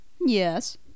yes